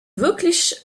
wirklich